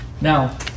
Now